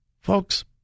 Folks